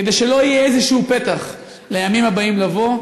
כדי שלא יהיה איזשהו פתח לימים הבאים לבוא,